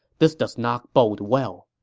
this does not bode well.